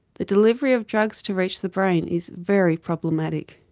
the delivery of drugs to reach the brain is very problematic.